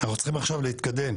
אנחנו צריכים עכשיו להתקדם.